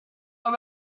are